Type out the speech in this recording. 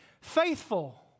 faithful